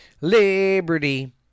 Liberty